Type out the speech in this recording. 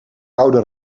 koude